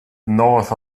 north